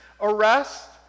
arrest